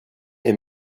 est